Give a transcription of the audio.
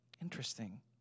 Interesting